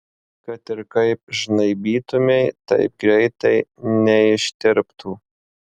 kad ir kaip žnaibytumei taip greitai neištirptų